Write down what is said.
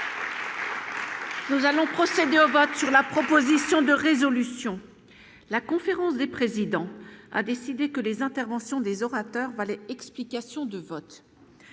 Nous allons procéder au vote sur la presse. Position de résolution, la conférence des présidents a décidé que les interventions des orateurs, explications de vote,